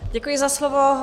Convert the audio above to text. Děkuji za slovo.